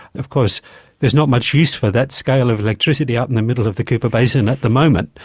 of course there's not much use for that scale of electricity out in the middle of the cooper basin at the moment,